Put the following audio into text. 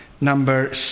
number